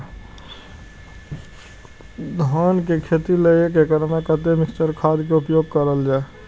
धान के खेती लय एक एकड़ में कते मिक्चर खाद के उपयोग करल जाय?